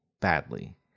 badly